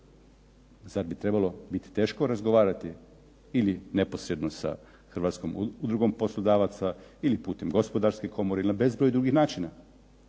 zar bi trebalo biti teško razgovarati ili neposredno sa Hrvatskom udrugom poslodavaca ili putem Gospodarske komore ili na bezbroj drugih načina.